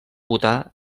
votar